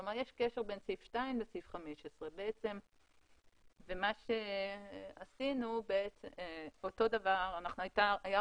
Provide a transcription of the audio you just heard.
כלומר, יש קשר בין סעיף 2 לסעיף 15. היה רצון